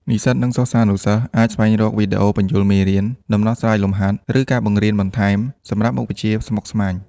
និស្សិត និងសិស្សានុសិស្សអាចស្វែងរកវីដេអូពន្យល់មេរៀន ដំណោះស្រាយលំហាត់ ឬការបង្រៀនបន្ថែមសម្រាប់មុខវិជ្ជាស្មុគស្មាញ។